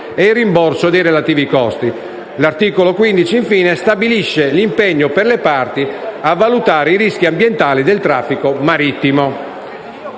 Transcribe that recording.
e il rimborso dei relativi costi. Infine, l'articolo 15 stabilisce l'impegno per le parti a valutare i rischi ambientali del traffico marittimo.